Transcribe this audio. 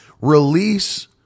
release